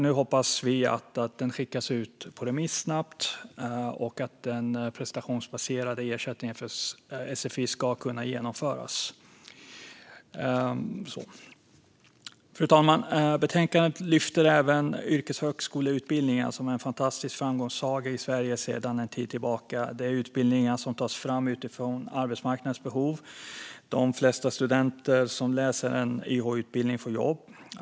Nu hoppas vi att den snabbt skickas ut på remiss och att den prestationsbaserade ersättningen för sfi ska kunna genomföras. Fru talman! I betänkandet lyfts även yrkeshögskoleutbildningar upp som en fantastisk framgångssaga i Sverige sedan en tid tillbaka. Det är utbildningar som tas fram utifrån arbetsmarknadens behov. De flesta studenter som läser en YH-utbildning får jobb.